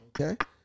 Okay